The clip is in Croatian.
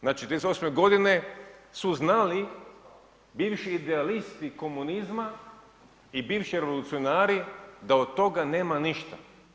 Znači, 38. godine su znali bivši idealisti komunizma i bivši revolucionari da od toga nema ništa.